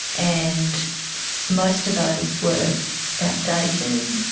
and most of those were outdated,